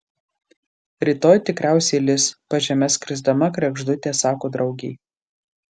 rytoj tikriausiai lis pažeme skrisdama kregždutė sako draugei